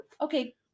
Okay